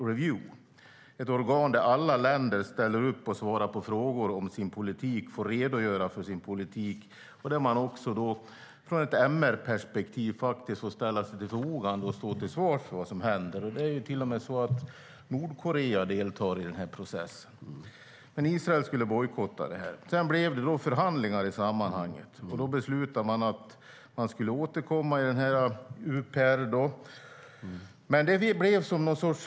Det är ett organ där alla länder ställer upp och svarar på frågor om sin politik och redogör för sin politik, och där man ur ett MR-perspektiv ställer sig till förfogande och får stå till svars för vad som händer. Till och med Nordkorea deltar i denna process. Det blev förhandlingar, och Israel beslutade att vara med i UPR.